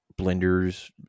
blenders